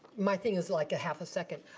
my thing is like a half a second.